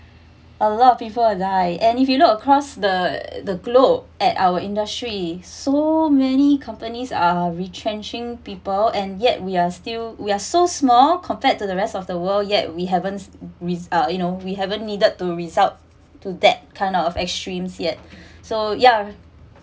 a lot of people will died and if you look across the the globe at our industry so many companies are retrenching people and yet we are still we are so small compared to the rest of the world yet we haven't uh you know we haven't needed to result to that kind of extremes yet so ya